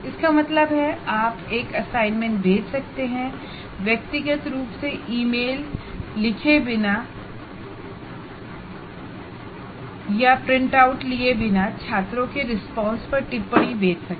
इसका मतलब है आप एक असाइनमेंट भेज सकते हैं व्यक्तिगत रूप से ईमेल लिखे बिना या प्रिंटआउट लिए बिना छात्रों के रिस्पांस पर टिप्पणी कर सकते हैं